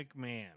McMahon